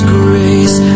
grace